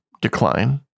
decline